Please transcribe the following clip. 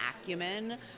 acumen